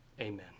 Amen